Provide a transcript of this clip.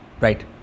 right